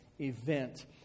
event